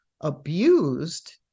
abused